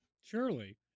Surely